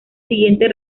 siguiente